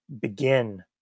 begin